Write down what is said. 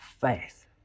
faith